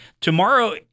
tomorrow